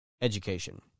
education